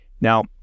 Now